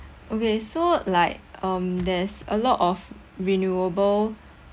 okay so like um there's a lot of renewable